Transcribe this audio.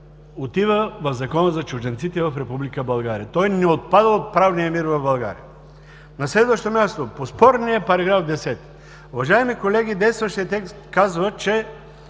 отива в Закона за чужденците в Република България. Той не отпада от правния мир в България. На следващо място, по спорния § 10. Уважаеми колеги, действащият текст казва, че